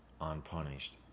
unpunished